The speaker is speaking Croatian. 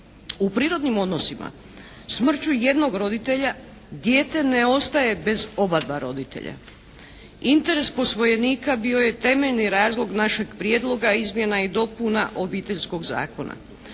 U prirodnim odnosima smrću jednog roditelja dijete ne ostaje bez oba dva roditelja. Interes posvojenika bio je temeljni razlog našeg prijedloga izmjena i dopuna Obiteljskog zakona.